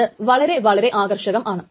അതിനെ കുറിച്ച് ഇനി നമുക്ക് കാണാം